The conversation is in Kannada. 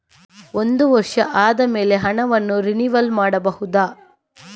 ಒಂದು ವರ್ಷ ಆದಮೇಲೆ ಹಣವನ್ನು ರಿನಿವಲ್ ಮಾಡಬಹುದ?